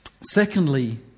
Secondly